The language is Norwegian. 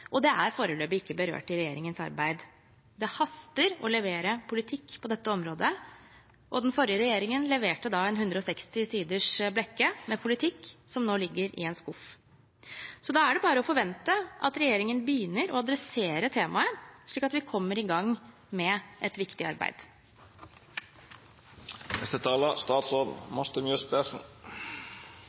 og det er foreløpig ikke berørt i regjeringens arbeid. Det haster å levere politikk på dette området, og den forrige regjeringen leverte en 160 sider lang blekke med politikk, som nå ligger i en skuff. Så da er det bare å forvente at regjeringen begynner å ta tak i temaet, slik at vi kommer i gang med et viktig